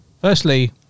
firstly